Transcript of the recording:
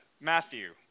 Matthew